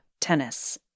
tennis